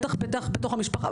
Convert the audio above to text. בטח ובטח בתוך המשפחה,